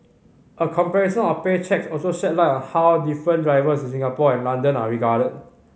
a comparison of pay cheques also sheds light on how different drivers in Singapore and London are regarded